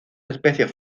especies